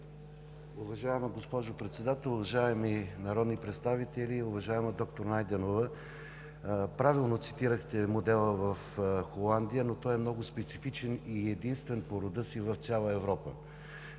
Уважаема госпожо Председател, уважаеми народни представители! Уважаема доктор Найденова, правилно цитирахте модела в Холандия, но той е много специфичен и единствен по рода си в цяла Европа.